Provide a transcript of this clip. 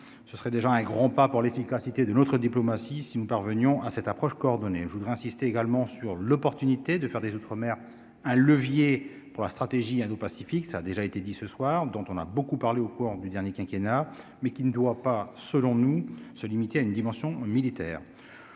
ce serait déjà un grand pas pour l'efficacité de notre diplomatie si nous parvenions à cette approche coordonnée, je voudrais insister également sur l'opportunité de faire des outre-mer un levier pour la stratégie indo-Pacifique ça a déjà été dit ce soir, dont on a beaucoup parlé au cours du dernier quinquennat mais qui ne doit pas, selon nous, se limiter à une dimension militaire,